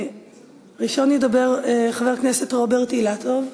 ראשון ידבר חבר הכנסת רוברט אילטוב.